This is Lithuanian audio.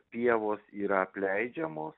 pievos yra apleidžiamos